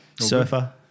Surfer